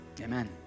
Amen